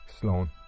Sloan